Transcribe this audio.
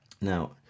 Now